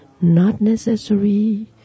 not-necessary